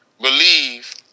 believe